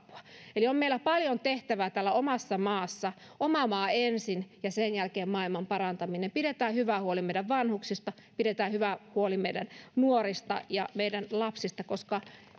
apua eli on meillä paljon tehtävää täällä omassa maassa oma maa ensin ja sen jälkeen maailmanparantaminen pidetään hyvä huoli meidän vanhuksista pidetään hyvä huoli meidän nuorista ja meidän lapsista koska